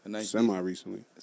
Semi-recently